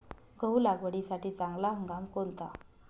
गहू लागवडीसाठी चांगला हंगाम कोणता?